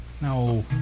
No